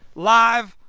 live,